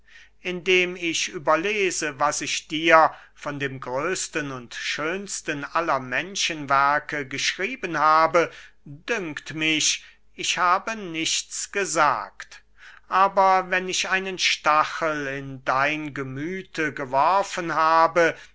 indem ich überlese was ich dir von dem größten und schönsten aller menschenwerke geschrieben habe dünkt mich ich habe nichts gesagt aber wenn ich einen stachel in dein gemüthe geworfen habe